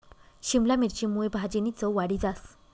शिमला मिरची मुये भाजीनी चव वाढी जास